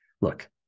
Look